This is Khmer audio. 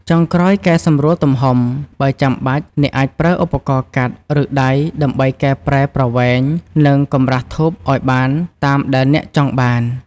ចុងក្រោយកែសម្រួលទំហំ បើចាំបាច់ អ្នកអាចប្រើឧបករណ៍កាត់ ឬដៃដើម្បីកែសម្រួលប្រវែង និងកម្រាស់ធូបឱ្យបានតាមដែលអ្នកចង់បាន។